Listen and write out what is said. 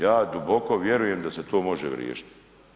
Ja duboko vjerujem da se to može riješiti.